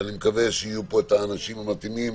ואני מקווה שיהיו פה האנשים המתאימים